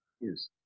Yes